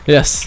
Yes